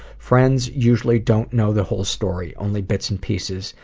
friends usually don't know the whole story, only bits and pieces.